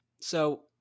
So-